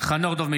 חנוך דב מלביצקי,